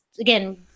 again